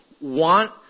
want